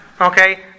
okay